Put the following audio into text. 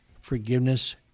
forgiveness